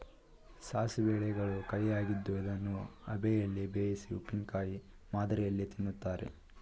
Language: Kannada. ಸಾಸಿವೆ ಎಲೆಗಳು ಕಹಿಯಾಗಿದ್ದು ಇದನ್ನು ಅಬೆಯಲ್ಲಿ ಬೇಯಿಸಿ ಉಪ್ಪಿನಕಾಯಿ ಮಾದರಿಯಲ್ಲಿ ತಿನ್ನುತ್ತಾರೆ